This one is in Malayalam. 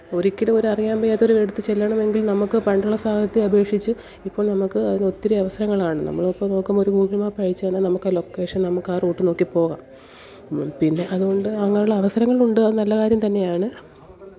ഒരിക്കലും ഒരു അറിയാന് വയ്യാത്ത ഒരിടത്ത് ചെല്ലണമെങ്കില് നമുക്ക് പണ്ടുള്ള സാഹചര്യത്തെ അപേക്ഷിച്ച് ഇപ്പം നമുക്ക് അതിനൊത്തിരി അവസരങ്ങളാണ് നമ്മൾ ഇപ്പോൾ നോക്കുമ്പോൾ ഒരു ഗൂഗിള് മാപ്പ് അയച്ച് തന്നാൽ നമുക്ക് ആ ലൊക്കേഷന് നമുക്ക ആ റൂട്ട് നോക്കി പോവാം പിന്നെ അതുകൊണ്ട് അങ്ങനെയുള്ള അവസരങ്ങളുണ്ട് അത് നല്ല കാര്യം തന്നെയാണ്